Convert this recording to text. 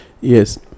yes